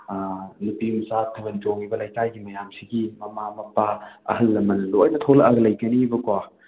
ꯅꯨꯄꯤ ꯃꯆꯥ ꯊꯥꯕꯟ ꯆꯣꯡꯂꯤꯕ ꯂꯩꯀꯥꯏꯒꯤ ꯃꯌꯥꯝꯁꯤꯒꯤ ꯃꯃꯥ ꯃꯄꯥ ꯑꯍꯜ ꯂꯃꯜ ꯂꯣꯏꯅ ꯊꯣꯂꯛꯂꯒ ꯂꯩꯒꯅꯤꯕꯀꯣ